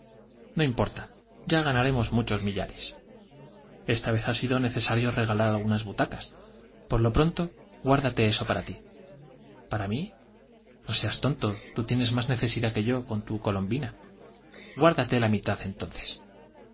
no muchos millares importa ya ganaremos butacas esta vez ha sido necesario regalar algunas ti por lo pronto guárdate eso para no tonto tú tienes más mí para seas necesidad que yo con tu colombina guárdate la mitad entonces